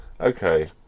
Okay